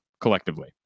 collectively